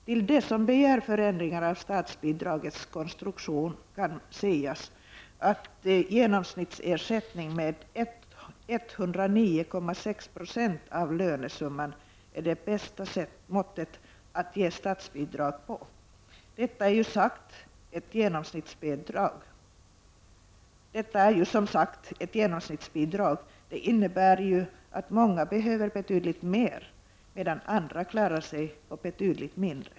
Till dem som begär förändring av statsbidragets konstruktion kan sägas, att en genomsnittsersättning med 109,6 20 av lönesumman är det bästa måttet för ett statsbidrag. Detta är ju som sagt ett genomsnittsbidrag. Det innebär naturligtvis att många behöver betydligt mer, medan andra klarar sig på betydligt mindre.